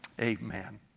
amen